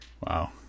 Wow